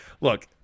Look